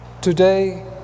today